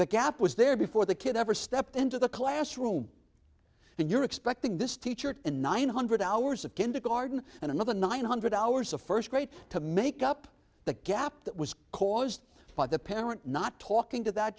that gap was there before the kid ever stepped into the classroom and you're expecting this teacher in nine hundred hours of kindergarten and another nine hundred hours of first grade to make up that gap that was caused by the parent not talking to that